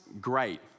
great